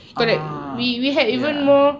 ha ya